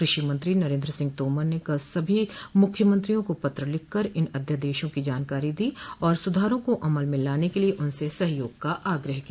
कृषि मंत्री नरेन्द्र सिंह तोमर ने कल सभी मुख्यमंत्रियों का पत्र लिखकर इन अध्यादेशों की जानकारी दी और सुधारों को अमल में लाने के लिये उनसे सहयोग का आग्रह किया